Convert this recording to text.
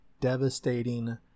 devastating